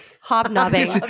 Hobnobbing